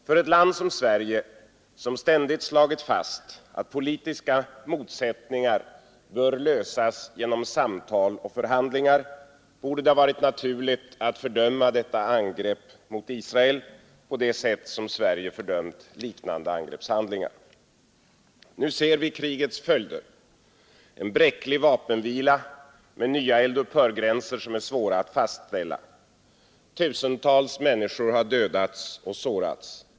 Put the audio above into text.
För ett land som Sverige, som ständigt slagit fast att politiska motsättningar bör lösas genom samtal och förhandlingar, borde det ha varit naturligt att fördöma detta angrepp mot Israel på det sätt som Sverige fördömt liknande angreppshandlingar. Nu ser vi krigets följder; en bräcklig vapenvila med nya eldupphörgränser. Tusentals människor har dödats och sårats.